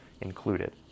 included